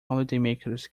holidaymakers